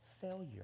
failure